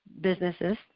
businesses